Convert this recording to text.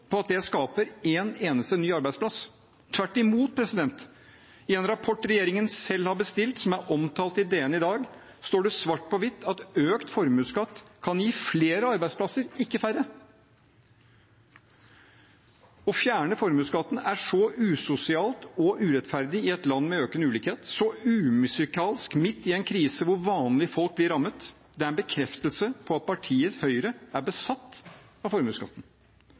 på at det skaper en eneste ny arbeidsplass. Tvert imot: I en rapport regjeringen selv har bestilt, som er omtalt i DN i dag, står det svart på hvitt at økt formuesskatt kan gi flere arbeidsplasser, ikke færre. Å fjerne formuesskatten er så usosialt og urettferdig i et land med økende ulikhet, så umusikalsk midt i en krise hvor vanlige folk blir rammet. Det er en bekreftelse på at partiet Høyre er besatt av formuesskatten.